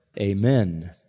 amen